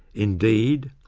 indeed,